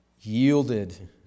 yielded